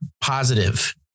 positive